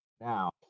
now